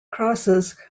crosses